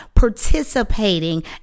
participating